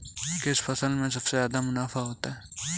किस फसल में सबसे जादा मुनाफा होता है?